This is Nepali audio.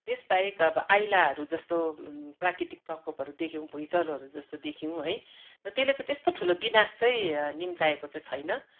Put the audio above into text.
त्यसबाहेक अब आइलाहरू जस्तो प्राकृतिक प्रकोपहरू देख्यौँ भुइँचालोहरू जस्तो देख्यौँ है र त्यसले चाहिँ त्यस्तो ठुलो विनाश चाहिँ निम्ताएको चाहिँ छैन